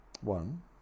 One